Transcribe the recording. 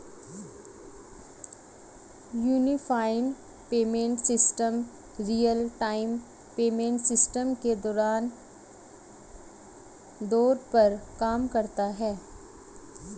unified payment system real time payment system के तौर पर काम करता है